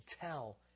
tell